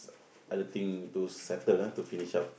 other thing to settle ah to finish up